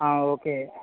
okay